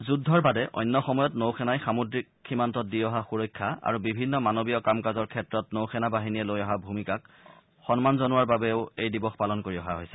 যুদ্ধৰ বাদে অন্য সময়ত নৌসেনাই সামুদ্ৰিক সীমান্তত দি অহা সুৰক্ষা আৰু বিভিন্ন মানৱীয় কাম কাজৰ ক্ষেত্ৰত নৌসেনা বাহিনীয়ে লৈ অহা ভূমিকাক সন্মান জনোৱাৰ বাবেও এই দিৱস পালন কৰি অহা হৈছে